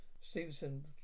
Stevenson